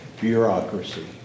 bureaucracy